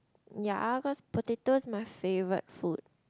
ya cause potato is my favourite food